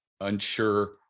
unsure